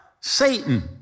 Satan